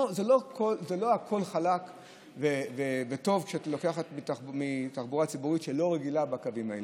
לא הכול חלק וטוב כשאת לוקחת מתחבורה ציבורית שלא רגילה בדברים האלה.